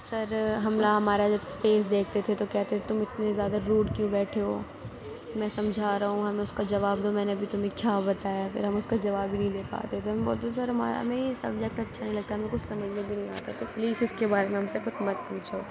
سر ہم ہمارا جو فیس دیکھتے تھے تو کہتے تھے تم اتنے زیادہ دور کیوں بیٹھے ہو میں سمجھا رہا ہوں ہمیں اس کا جواب دو میں نے ابھی تمہیں کیا بتایا ہے پھر ہم اس کا جواب بھی نہیں دے پاتے تھے ہم بولتے سر ہمارا ہمیں یہ سبجیکٹ اچھا نہیں لگتا میرے کو سمجھ میں بھی نہیں آتا تو پلیز اس کے بارے میں ہم سے مت پوچھو